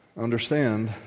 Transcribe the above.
Understand